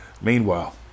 Meanwhile